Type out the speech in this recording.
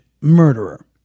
murderer